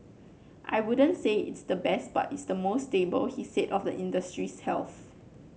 I wouldn't say it's the best but it's the most stable he said of the industry's health